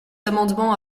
amendement